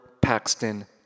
Paxton